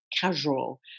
casual